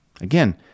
Again